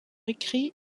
écrit